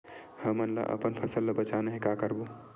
हमन ला अपन फसल ला बचाना हे का करबो?